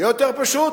יהיה יותר פשוט,